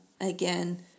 again